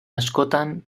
askotan